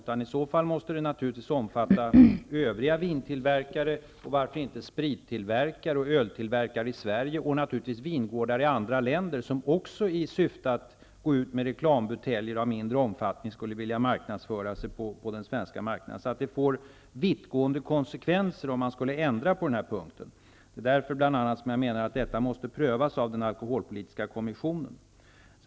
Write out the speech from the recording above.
I så fall måste den dispensen omfatta övriga vintillverkare, och varför inte sprittillverkare och öltillverkare i Sverige, och naturligtvis vingårdar i andra länder, som också skulle vilja marknadsföra sig på den svenska marknaden och gå ut med reklambuteljer av mindre omfattning. Det får vittgående konsekvenser om man skulle ändra på denna punkt. Det är bl.a. därför jag menar att detta måste prövas av den alkoholpolitiska kommissionen.